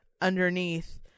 underneath